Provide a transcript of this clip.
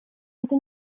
это